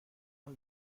مون